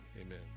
amen